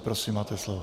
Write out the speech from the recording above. Prosím máte slovo.